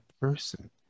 person